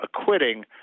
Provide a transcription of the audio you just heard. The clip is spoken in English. acquitting